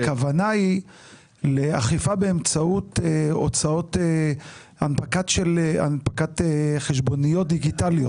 הכוונה היא לאכיפה באמצעות הנפקת חשבוניות דיגיטליות.